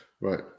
Right